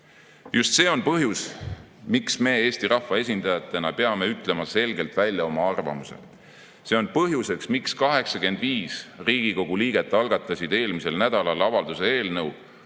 Just see on põhjus, miks me Eesti rahva esindajatena peame ütlema selgelt välja oma arvamuse. See on põhjus, miks 85 Riigikogu liiget algatas eelmisel nädalal avalduse